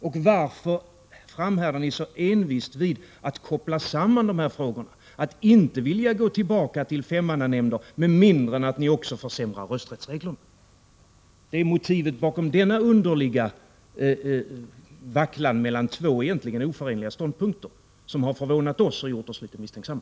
Och varför framhärdar ni envist vid att koppla samman dessa frågor, att inte vilja gå tillbaka till femmannanämnder med mindre än att ni också försämrar rösträttsreglerna? Det är er vacklan mellan dessa två egentligen oförenliga ståndpunkter som förvånat oss och gjort oss misstänksamma.